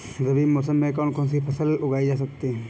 रबी मौसम में कौन कौनसी फसल उगाई जा सकती है?